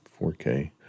4K